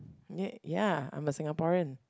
ye~ ya I'm a Singaporean